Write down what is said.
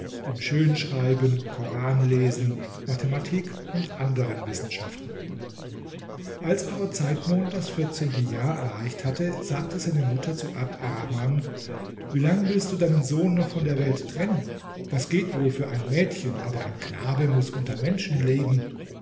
im schönschreiben koranlesen mathematik und anderen wissenschaften als aber zeitmond das vierzehnte jahr erreicht hatte sagte seine mutter zu abd arrahman wie lange willst du deinen sohn noch von der welt trennen das geht wohl für ein mädchen aber ein knabe muß unter menschen leben